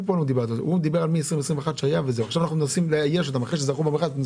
אחרי שזכו במכרז, הוא מנסה לאייש אותם.